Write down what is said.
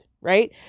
right